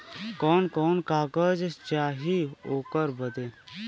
कवन कवन कागज चाही ओकर बदे?